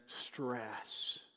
stress